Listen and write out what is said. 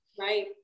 Right